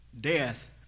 Death